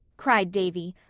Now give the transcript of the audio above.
cried davy,